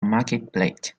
marketplace